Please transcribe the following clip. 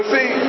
see